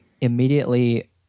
immediately